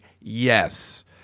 yes